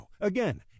Again